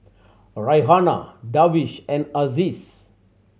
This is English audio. Raihana Darwish and Aziz